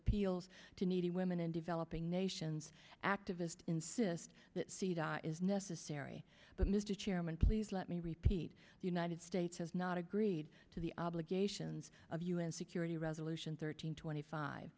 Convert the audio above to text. appeals to needy women in developing nations activist insist that cd is necessary but mr chairman please let me repeat the united states has not agreed to the obligation of u n security resolution thirteen twenty five